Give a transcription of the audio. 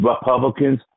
Republicans